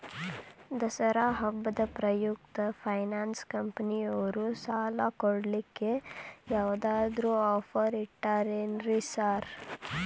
ದಸರಾ ಹಬ್ಬದ ಪ್ರಯುಕ್ತ ಫೈನಾನ್ಸ್ ಕಂಪನಿಯವ್ರು ಸಾಲ ಕೊಡ್ಲಿಕ್ಕೆ ಯಾವದಾದ್ರು ಆಫರ್ ಇಟ್ಟಾರೆನ್ರಿ ಸಾರ್?